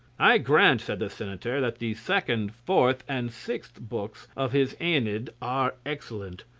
i grant, said the senator, that the second, fourth, and sixth books of his aeneid are excellent,